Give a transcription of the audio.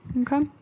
Okay